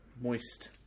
moist